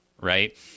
right